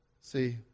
See